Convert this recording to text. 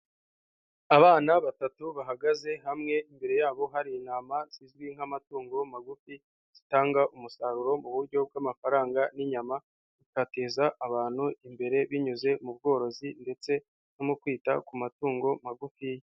Abana batatu bahagaze hamwe, imbere yabo hari intama zizwi nk'amatungo magufi, zitanga umusaruro mu buryo bw'amafaranga n'inyama, zigazateza abantu imbere binyuze mu bworozi ndetse no mu kwita ku matungo magufiya.